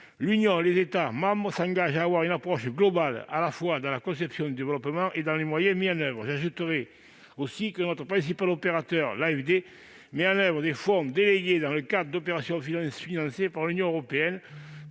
l'Union et les États membres s'engagent à avoir une approche globale, à la fois dans la conception du développement et dans les moyens mis en oeuvre. J'ajoute que notre principal opérateur, l'AFD, met en oeuvre des fonds délégués dans le cadre d'opérations financées par l'Union européenne,